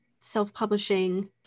self-publishing